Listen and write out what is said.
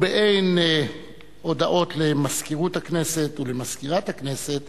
באין הודעות למזכירות הכנסת